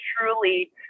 truly